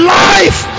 life